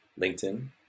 LinkedIn